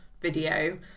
video